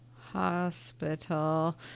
Hospital